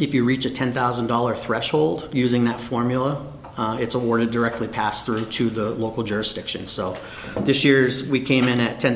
if you reach a ten thousand dollars threshold using that formula it's awarded directly passed through to the local jurisdiction so this year's we came in at ten